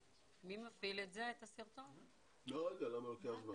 אני לא יודע למה לוקח לזה זמן.